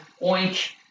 oink